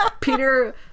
Peter